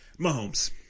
Mahomes